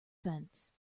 fence